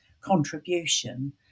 contribution